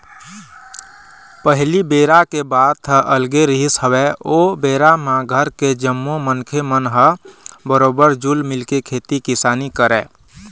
पहिली बेरा के बात ह अलगे रिहिस हवय ओ बेरा म घर के जम्मो मनखे मन ह बरोबर जुल मिलके खेती किसानी करय